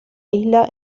isla